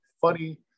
funny